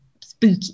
spooky